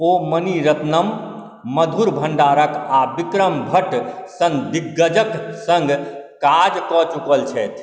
ओ मणि रत्नम मधुर भंडारकर आ विक्रम भट्ट सन दिग्गजक सङ्ग काज कऽ चुकल छथि